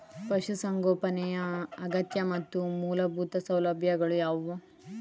ಪಶುಸಂಗೋಪನೆಯ ಅಗತ್ಯ ಮತ್ತು ಮೂಲಭೂತ ಸೌಲಭ್ಯಗಳು ಯಾವುವು?